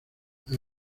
hay